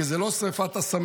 כי זאת לא שרפת אסמים,